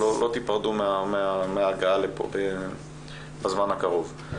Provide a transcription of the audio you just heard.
לא תיפרדו מההגעה לפה בזמן הקרוב.